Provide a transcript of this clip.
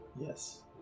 yes